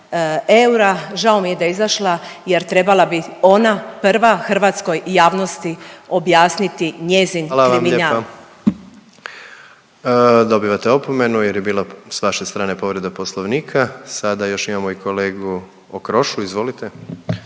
eura. Žao mi je da je izašla jer trebala bi ona prva hrvatskoj javnosti objasniti njezin kriminal. **Jandroković, Gordan (HDZ)** Hvala vam lijepa. Dobivate opomenu jer je bilo s vaše strane povreda Poslovnika. Sada još imamo i kolegu Okrošu, izvolite.